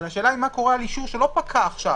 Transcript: אבל השאלה היא מה קורה על אישור שלא פקע עכשיו,